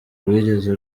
rwigeze